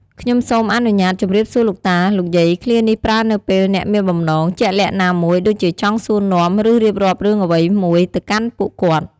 "ខ្ញុំសូមអនុញ្ញាតជម្រាបសួរលោកតា លោកយាយ!" ឃ្លានេះប្រើនៅពេលអ្នកមានបំណងជាក់លាក់ណាមួយ ដូចជាចង់សួរនាំ ឬរៀបរាប់រឿងអ្វីមួយទៅកាន់ពួកគាត់។